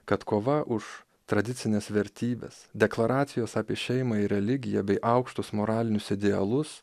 kad kova už tradicines vertybes deklaracijos apie šeimą ir religiją bei aukštus moralinius idealus